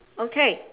okay